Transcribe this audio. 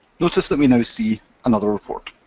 notice that we now see another report.